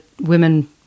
women